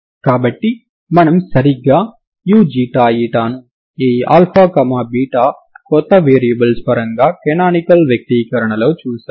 కాబట్టి మనం సరిగ్గా uξη ను ఈ αβ కొత్త వేరియబుల్స్ పరంగా కనానికల్ వ్యక్తీకరణలో చూసాము